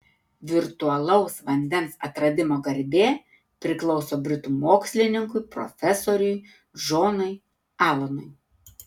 virtualaus vandens atradimo garbė priklauso britų mokslininkui profesoriui džonui alanui